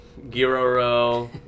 Giroro